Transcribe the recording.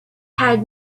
had